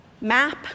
map